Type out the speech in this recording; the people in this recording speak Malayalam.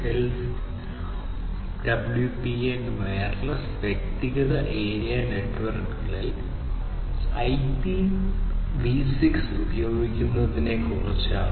6LoWPAN വയർലെസ് വ്യക്തിഗത ഏരിയ നെറ്റ്വർക്കുകളിൽ IPv6 ഉപയോഗിക്കുന്നതിനെക്കുറിച്ചാണ്